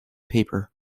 paper